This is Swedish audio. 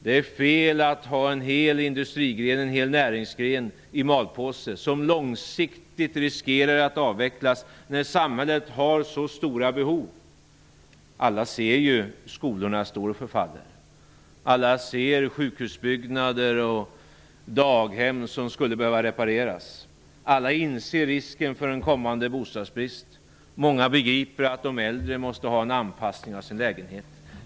Det är fel att låta en hel näringsgren ligga i malpåse och riskera att den långsiktigt avvecklas, när samhället har så stora behov. Alla ser ju hur skolhusen förfaller och att sjukhusbyggnader och daghem skulle behöva repareras. Alla inser risken för en kommande bostadsbrist, och många begriper att de äldre måste ha en anpassning av sina lägenheter.